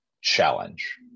challenge